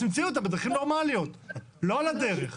תמצאו אותם בדרכים נורמליות, לא על הדרך.